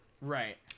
Right